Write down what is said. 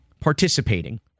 participating